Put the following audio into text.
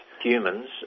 humans